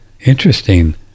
interesting